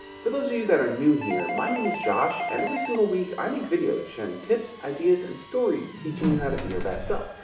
for those of you that are new here, my name is josh and every single week i make videos sharing tips, ideas, and stories teaching you how to be your best self.